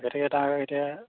গতিকে তাৰ এতিয়া